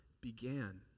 began